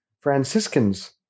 Franciscans